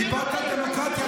דיברת על דמוקרטיה.